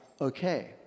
Okay